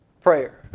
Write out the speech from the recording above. Prayer